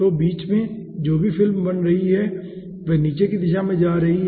तो बीच में जो भी फिल्म बन रही है वह नीचे की दिशा में जा रही है